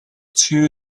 two